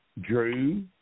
Drew